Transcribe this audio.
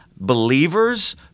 Believers